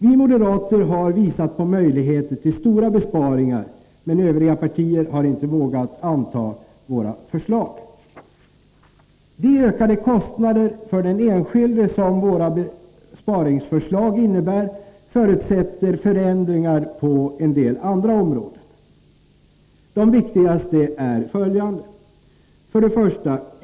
Vi moderater har visat på Allmänpolitisk demöjligheter till stora besparingar, men övriga partier har inte vågat anta våra batt De ökade kostnader för den enskilde som våra besparingsförslag innebär förutsätter förändringar på en del andra områden. De viktigaste är följande. 1.